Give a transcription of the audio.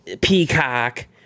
Peacock